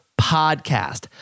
podcast